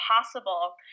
possible